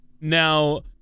Now